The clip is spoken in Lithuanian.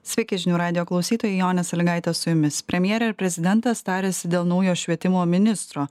sveiki žinių radijo klausytojai jonė sąlygaitė su jumis premjerė ir prezidentas tariasi dėl naujo švietimo ministro